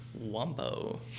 Wombo